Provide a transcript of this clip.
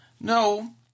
no